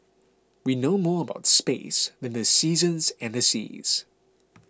we know more about space than the seasons and the seas